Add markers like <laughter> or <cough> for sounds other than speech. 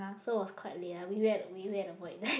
so was quite late ah we wait we wait at the void deck <noise>